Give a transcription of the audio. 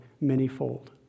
manyfold